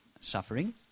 suffering